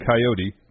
Coyote